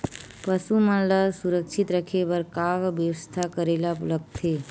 पशु मन ल सुरक्षित रखे बर का बेवस्था करेला लगथे?